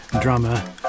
drama